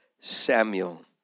Samuel